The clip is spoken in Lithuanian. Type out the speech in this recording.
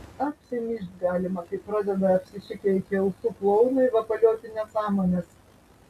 apsimyžt galima kai pradeda apsišikę iki ausų klounai vapalioti nesąmones